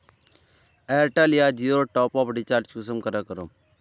Airtel या जियोर top up recharge कुंसम करे करूम?